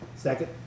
Second